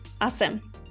Awesome